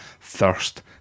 thirst